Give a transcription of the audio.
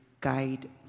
Guide